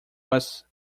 was